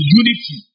unity